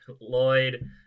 Lloyd